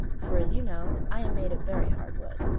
for as you know, i am made of very hard wood.